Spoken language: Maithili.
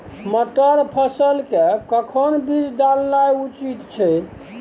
मटर फसल के कखन बीज डालनाय उचित छै?